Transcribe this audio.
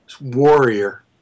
warrior